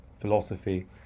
philosophy